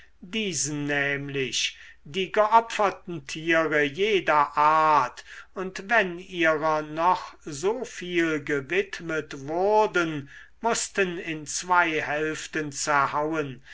diesen nämlich die geopferten tiere jeder art und wenn ihrer noch so viel gewidmet wurden mußten in zwei hälften zerhauen